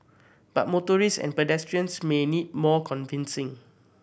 but motorist and pedestrians may need more convincing